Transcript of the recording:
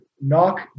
knock